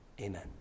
amen